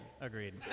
Agreed